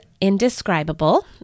Indescribable